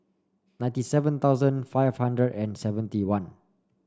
ninety seven thousand five hundred and seventy one